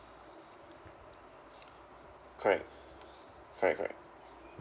correct correct correct